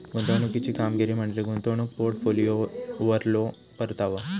गुंतवणुकीची कामगिरी म्हणजे गुंतवणूक पोर्टफोलिओवरलो परतावा